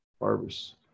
harvest